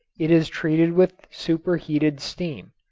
it is treated with superheated steam.